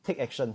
take action